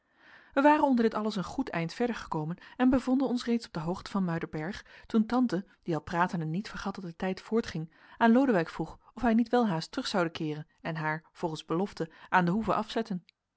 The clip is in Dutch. wij waren onder dit alles een goed eind verder gekomen en bevonden ons reeds op de hoogte van muiderberg toen tante die al pratende niet vergat dat de tijd voortging aan lodewijk vroeg of hij niet welhaast terug zoude keeren en haar volgens belofte aan de hoeve afzetten